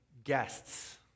guests